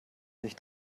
sich